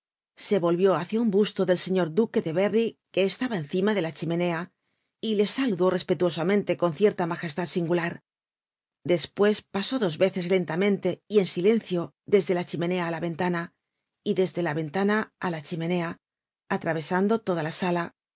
se volvió hácia un busto del señor duque de berry que estaba encima de la chimenea y le saludó respetuosamente con cierta magestad singular despues pasó dos veces lentamente y en silencio desde la chimenea á la ventana y desde la ventana á la chimenea atravesando toda la sala